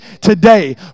today